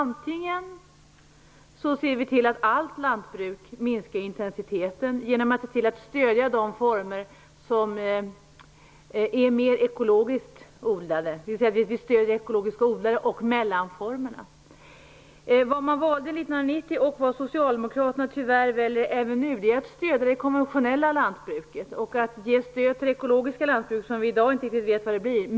Vi kan se till att allt lantbruk minskar intensiteten genom att stödja den ekologiska odlingen och mellanformerna mellan konventionell odling och ekologisk odling. Det man valde 1990 och det socialdemokraterna tyvärr väljer även nu är att stödja det konventionella lantbruket och det ekologiska lantbruket, som vi i dag inte riktigt vet vad det blir.